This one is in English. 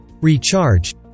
ReCharge